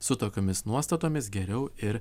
su tokiomis nuostatomis geriau ir